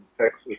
Texas